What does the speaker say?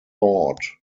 thought